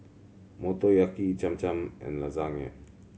Motoyaki Cham Cham and Lasagne